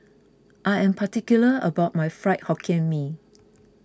I am particular about my Fried Hokkien Mee